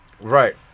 right